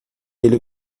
ele